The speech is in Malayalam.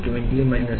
635 mm 46